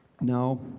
Now